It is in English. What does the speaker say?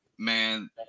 Man